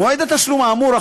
מועד התשלום האמור,